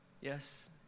Yes